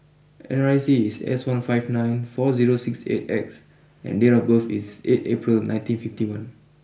N R I C is S one five nine four zero six eight X and date of birth is eight April nineteen fifty one